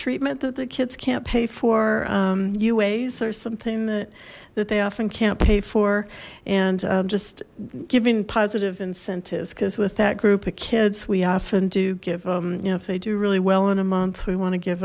treatment that the kids can't pay for uae's or something that that they often can't pay for and just giving positive incentives because with that group of kids we often do give them you know if they do really well in a month we want to give